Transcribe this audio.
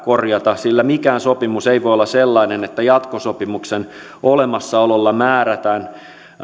korjata sillä mikään sopimus ei voi olla sellainen että jatkosopimuksen olemassaololla määritetään